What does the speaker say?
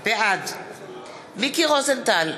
בעד מיקי רוזנטל,